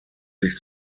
sich